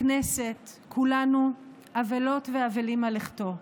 הכנסת, כולנו אבלות ואבלים על לכתו.